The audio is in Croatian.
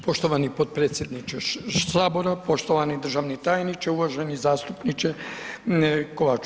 Poštovani potpredsjedniče Sabora, poštovani državni tajniče, uvaženi zastupniče Kovač.